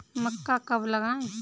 मक्का कब लगाएँ?